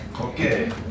Okay